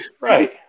Right